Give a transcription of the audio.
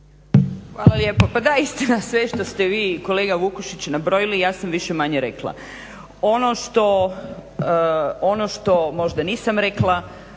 Hvala lijepa. Pa da istina sve što ste vi kolega Vukušić nabrojili ja sam manje-više rekla. Ono što možda nisam rekla,